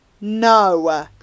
no